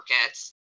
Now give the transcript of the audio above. markets